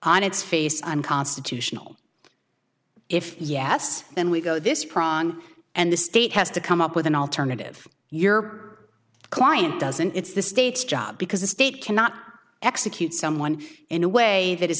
on its face unconstitutional if yes then we go this pran and the state has to come up with an alternative your client doesn't it's the state's job because the state cannot execute someone in a way that i